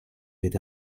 wird